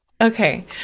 Okay